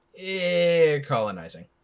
colonizing